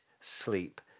sleep